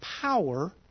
power